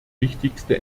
wichtigste